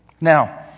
Now